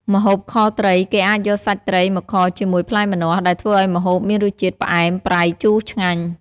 ម្ហូបខត្រី គេអាចយកសាច់ត្រីមកខជាមួយផ្លែម្នាស់ ដែលធ្វើឲ្យម្ហូបមានរសជាតិផ្អែម ប្រៃ ជូរឆ្ងាញ់។